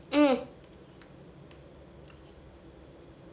mm